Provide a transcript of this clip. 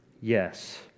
Yes